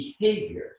behavior